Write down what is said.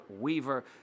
Weaver